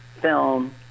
film